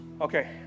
okay